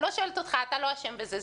אני לא שואלת אותך, אתה לא אשם בזה.